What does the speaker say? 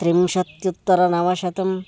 त्रिंशत्युत्तर नवशतम्